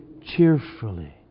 cheerfully